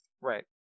Right